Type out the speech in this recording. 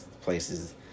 places